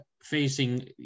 facing